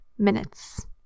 minutes